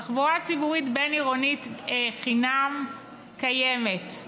תחבורה ציבורית בין-עירונית חינם קיימת,